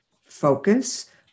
focus